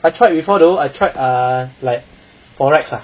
I tried before though I tried err like Forex ah